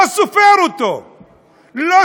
לא סופרים אותו.